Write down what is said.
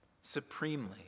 supremely